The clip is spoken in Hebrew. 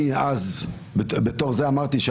אני אמרתי אז שהפוך,